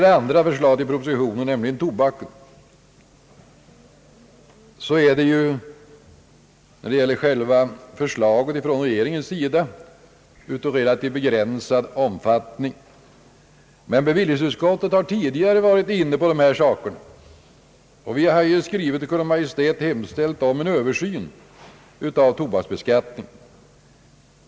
Det andra förslaget i propositionen gäller tobaken. Detta förslag från regeringen är av relativt begränsad omfattning. Men bevillningsutskottet har tidigare varit inne på dessa saker. Utskottet har skrivit till Kungl. Maj:t och hemställt om en översyn av tobaksbeskattningen.